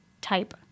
type